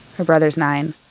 her brother's nine.